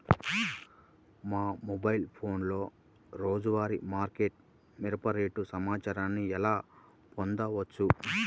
మా మొబైల్ ఫోన్లలో రోజువారీ మార్కెట్లో మిరప రేటు సమాచారాన్ని ఎలా పొందవచ్చు?